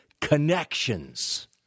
connections